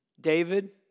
David